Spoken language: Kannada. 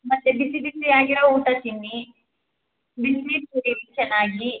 ಮತ್ತು ಬಿಸಿ ಬಿಸಿ ಆಗಿರೋ ಊಟ ತಿನ್ನಿ ಬಿಸ್ನೀರು ಕುಡೀರಿ ಚೆನ್ನಾಗಿ